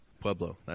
Pueblo